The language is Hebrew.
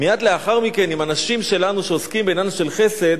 מייד לאחר מכן עם אנשים שלנו שעוסקים בעניין של חסד,